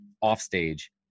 offstage